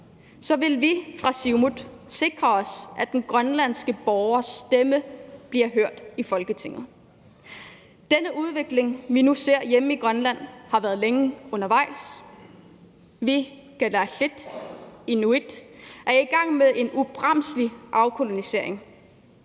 så vil vi fra Siumut sikre os, at den grønlandske borgers stemme bliver hørt i Folketinget. Denne udvikling, som vi nu ser hjemme i Grønland, har været længe undervejs. Vi, kalaallit/inuit, er i gang med en ubremselig afkolonisering.